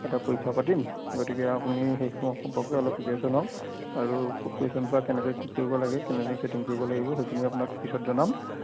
এটা পৰীক্ষা পাতিম গতিকে আপুনি সেইসমূহৰ সম্পৰ্কে অলপ প্ৰিয়েৰেশ্যন হওক আৰু কোৱেশ্যন পেপাৰ কেনেকৈ কি কৰিব লাগে কেনেকৈ চেটিং কৰিব লাগিব সেইখিনি আমি পিছত জনাম